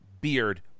beard